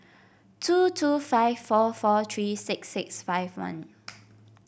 two two five four four three six six five one